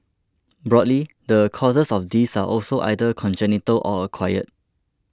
broadly the causes of this are also either congenital or acquired